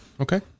okay